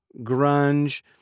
grunge